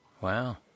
Wow